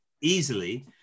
easily